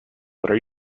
are